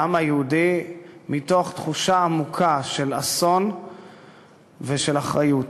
לעם היהודי, מתוך תחושה עמוקה של אסון ושל אחריות.